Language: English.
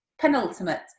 Penultimate